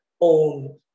own